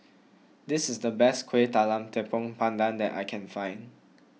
this is the best Kueh Talam Tepong Pandan that I can find